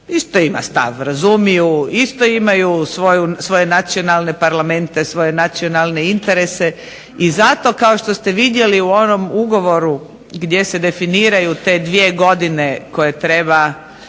isto ima stav, razumiju. Isto imaju svoje nacionalne parlamente, svoje nacionalne interese i zato kao što ste vidjeli u onom ugovoru gdje se definiraju te dvije godine koje treba